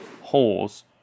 holes